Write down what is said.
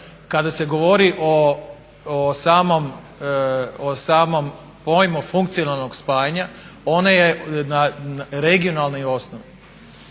Kada se govori o samom pojmu funkcionalnog spajanja ono je na regionalnoj osnovi.